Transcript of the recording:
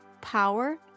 power